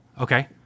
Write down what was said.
Okay